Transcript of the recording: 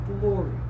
glory